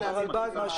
נכון.